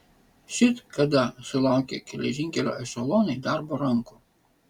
šit kada sulaukė geležinkelio ešelonai darbo rankų